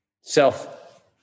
self